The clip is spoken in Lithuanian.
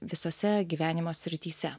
visose gyvenimo srityse